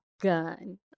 Gun